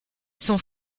son